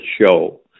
show